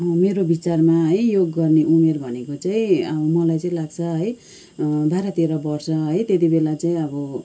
मेरो विचारमा है योग गर्ने उमेर भनेको चाहिँ अँ मलाई चाहिँ लाग्छ है बाह्र तेह्र वर्ष है त्यति बेला चाहिँ अब